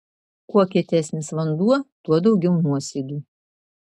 kuo kietesnis vanduo tuo daugiau nuosėdų